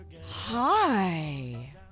Hi